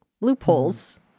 loopholes